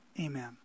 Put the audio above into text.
Amen